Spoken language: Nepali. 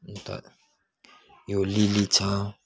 अन्त यो लिली छ